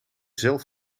zelf